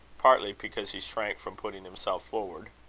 partly because he shrank from putting himself forward.